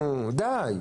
נו, די.